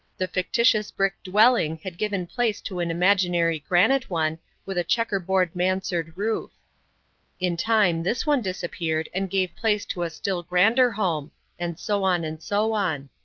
the fictitious brick dwelling had given place to an imaginary granite one with a checker-board mansard roof in time this one disappeared and gave place to a still grander home and so on and so on.